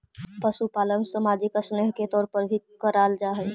पशुपालन सामाजिक स्नेह के तौर पर भी कराल जा हई